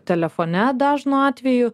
telefone dažnu atveju